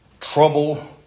Trouble